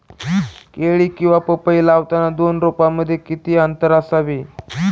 केळी किंवा पपई लावताना दोन रोपांमध्ये किती अंतर असावे?